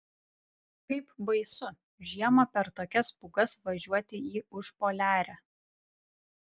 kaip baisu žiemą per tokias pūgas važiuoti į užpoliarę